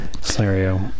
scenario